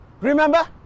Remember